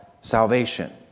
salvation